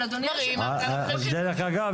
דרך אגב,